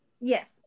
Yes